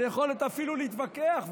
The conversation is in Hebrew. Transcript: על היכולת אפילו להתווכח,